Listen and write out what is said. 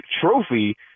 trophy